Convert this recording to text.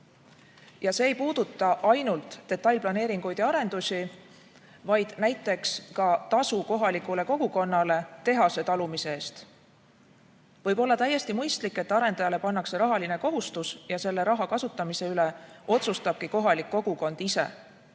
See ei puuduta ainult detailplaneeringuid ja arendusi, vaid näiteks ka tasu kohalikule kogukonnale tehase talumise eest. Võib-olla täiesti mõistlik, et arendajale pannakse rahaline kohustus ja selle raha kasutamise üle otsustabki kohalik kogukond ise.